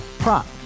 Prop